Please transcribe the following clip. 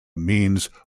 means